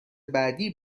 بعدی